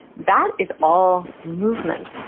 that is all movement.